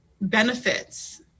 benefits